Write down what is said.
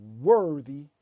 worthy